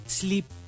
sleep